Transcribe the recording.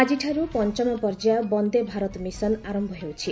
ଆଜିଠାର୍ ପଞ୍ଚମ ପର୍ଯ୍ୟାୟ ବନ୍ଦେ ଭାରତ ମିଶନ୍ ଆରମ୍ଭ ହେଉଛି